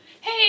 hey